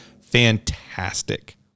fantastic